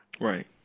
Right